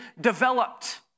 developed